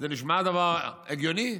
זה נשמע דבר הגיוני?